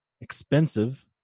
expensive